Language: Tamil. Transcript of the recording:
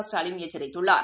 ஸ்டாலின் எச்சித்துள்ளார்